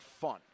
fun